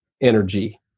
energy